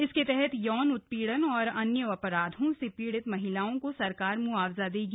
इसके तहत यौन उत्पीड़न और अन्य अपराधों से पीड़ित महिलाओं को सरकार मुआवजा देगी